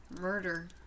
murder